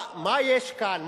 מה יש כאן?